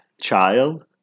child